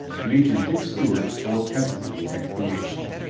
major dick stewart swore pensively at creation.